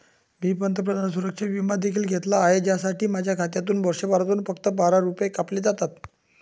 मी पंतप्रधान सुरक्षा विमा देखील घेतला आहे, ज्यासाठी माझ्या खात्यातून वर्षभरात फक्त बारा रुपये कापले जातात